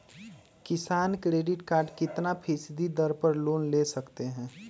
किसान credit card कितना फीसदी दर पर लोन ले सकते हैं?